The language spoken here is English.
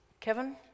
Kevin